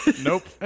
Nope